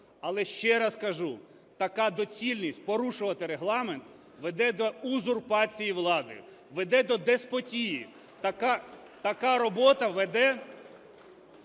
Але ще раз кажу, така доцільність – порушувати Регламент веде до узурпації влади, веде до деспотії. Така робота веде